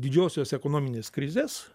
didžiosios ekonominės krizės